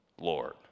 lord